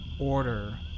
order